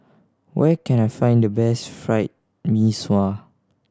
where can I find the best Fried Mee Sua